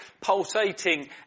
pulsating